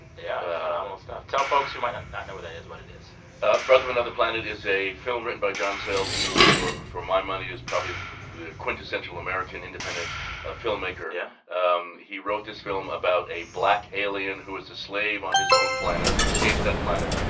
and yeah, phenomenal stuff. tell folks who might not not know what that is what it is ah brother from another planet is a film written by john sayles who, for for my money, is probably the quintessential american independent ah filmmaker. yeah um he wrote this film about a black alien who was a slave on his own planet, who escapes that planet,